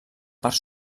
part